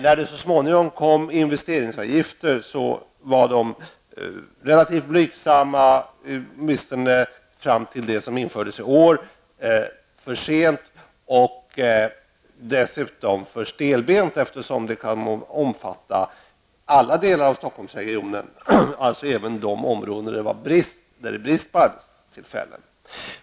När det så småningom infördes investeringsavgifter var de relativt blygsamma -- åtminstone fram till i år -- och det kom för sent och var för stelbent, eftersom de kom att omfatta alla delar av Stockholmsregionen, dvs. även de områden där det råder brist på arbetstillfällen.